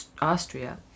Austria